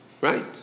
right